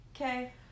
Okay